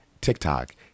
TikTok